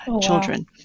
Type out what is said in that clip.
children